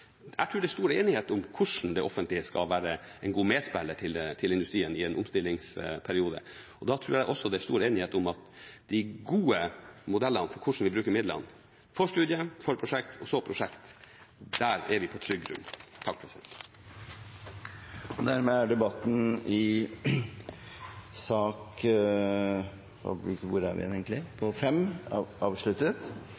være en god medspiller til industrien i en omstillingsperiode. Da tror jeg også det er stor enighet om at når det gjelder de gode modellene for hvordan vi bruker midlene – forstudie, forprosjekt og så prosjekt – er vi på trygg grunn. Flere har ikke bedt om ordet til sak nr. 5. Presidenten har forstått det slik at deler av næringskomiteen var forhindret fra å møte under behandling av sak nr. 3 på